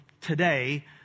today